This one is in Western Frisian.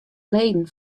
leden